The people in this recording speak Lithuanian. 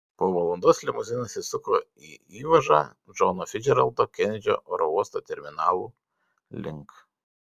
po valandos limuzinas įsuko į įvažą džono ficdžeraldo kenedžio oro uosto terminalų link